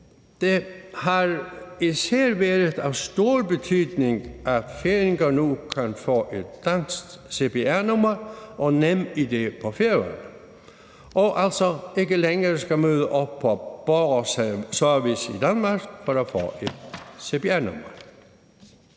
Det har især været af stor betydning, at færinger nu kan få et dansk cpr-nummer og NemID på Færøerne og altså ikke længere skal møde op på borgerservice i Danmark for at få et cpr-nummer.